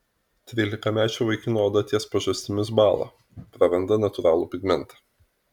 trylikamečio vaikino oda ties pažastimis bąla praranda natūralų pigmentą